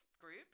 groups